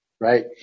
right